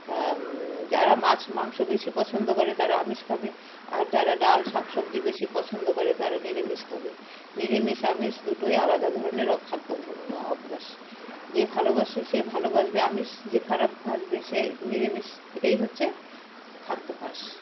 হ্যাঁ যারা মাছ মাংস বেশি পছন্দ করে তারা আমিষ খাবে আর যারা ডাল শাক সবজি বেশি পছন্দ করে তারা নিরামিষ খাবে নিরামিষ আমিষ দুটোই আলাদা ধরনের খাদ্য অভ্যাস যে ভালোবাসে সে ভালোবাসবে আমিষ যে খারাপ বাসবে সে নিরামিষ এটাই হচ্ছে খাদ্যাভ্যাস